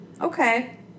Okay